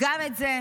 גם את זה.